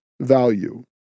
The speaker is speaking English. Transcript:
value